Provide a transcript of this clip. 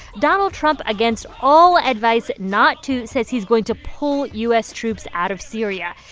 donald trump, against all advice not to, says he's going to pull u s. troops out of syria.